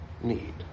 need